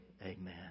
Amen